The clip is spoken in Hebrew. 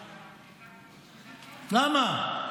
למה?